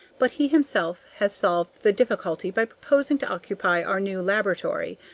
but he himself has solved the difficulty by proposing to occupy our new laboratory.